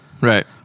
Right